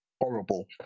horrible